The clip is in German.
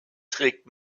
trägt